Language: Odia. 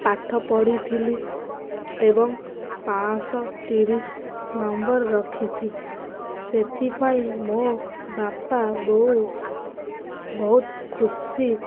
ପାଠ ପଢ଼ିଥିଲି ଏବଂ ପାଞ୍ଚ ଶହେ ତିରିଶି ନମ୍ବର ରଖିଛି ସେଥିପାଇଁ ମୋ ବାପା ବୋଉ ବହୁତ ଖୁସି